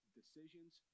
decisions